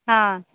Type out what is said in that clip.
आं